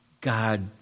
God